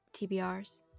TBRs